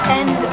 end